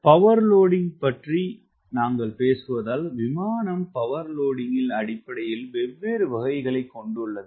பவர்லோடிங் பற்றி நாங்கள் பேசுவதால் விமானம் பவர் லோடிங்கின் அடிப்படையில் வெவ்வேறு வகைகளைக் கொண்டுள்ளது